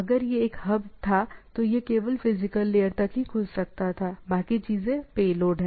अगर यह एक हब था तो यह केवल फिजिकल लेयर तक ही खुल सकता था बाकी चीजें पेलोड है